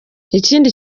ikindi